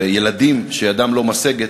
לילדים שידם לא משגת